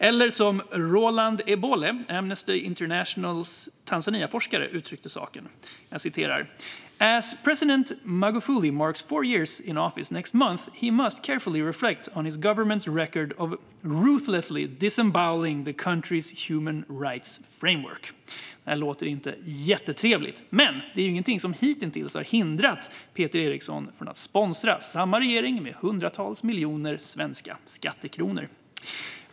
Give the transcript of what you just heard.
Eller som Roland Ebole, Amnesty Internationals Tanzaniaforskare uttryckt saken: "As President Magufuli marks four years in office next month, he must carefully reflect on his government's record of ruthlessly disemboweling the country's human rights framework." Det där låter inte jättetrevligt, men det är ingenting som hitintills har hindrat Peter Eriksson från att sponsra samma regering med hundratals miljoner svenska skattekronor.